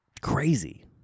Crazy